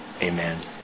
Amen